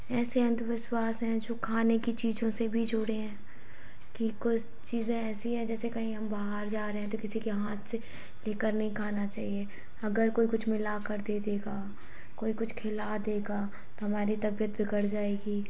ऐसे अंधविश्वास हैं जो खाने की चीज़ों से भी जुड़ें हैं कि कुछ चीज़ें ऐसी हैं जैसे कहीं हम बाहर जा रहे हैं तो किसी के हाथ से लेकर नहीं खाना चाहिए अगर कोई कुछ मिलाकर दे देगा कोई कुछ खिला देगा तो हमारी तबियत बिगड़ जाएगी